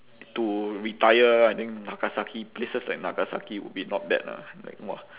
to retire I think nagasaki places like nagasaki would be not bad lah like !wah!